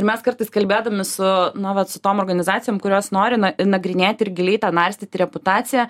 mes kartais kalbėdami su nu vat su tom organizacijom kurios nori nagrinėt ir giliai tą narstyt reputaciją